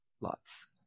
Lots